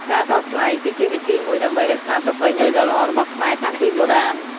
ការតថ្លៃគឺជាវិធីមួយដើម្បីរក្សាប្រពៃណីដ៏ល្អរបស់ខ្មែរតាំងពីបុរាណ។